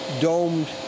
domed